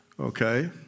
Okay